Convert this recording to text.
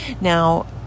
Now